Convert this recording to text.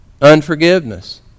unforgiveness